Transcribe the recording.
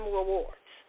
rewards